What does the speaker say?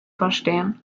verstehen